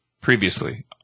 Previously